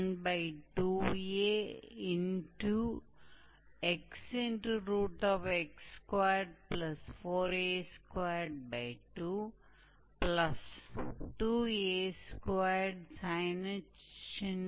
इसलिए मुझे पूरा यकीन है कि आपने इससे पहले ऐसा किया है आप बस पूरा फॉर्मूला यहां लिखें